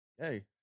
Hey